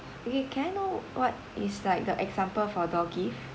okay can I know what is like the example for door gift